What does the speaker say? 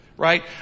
right